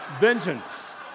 Vengeance